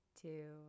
two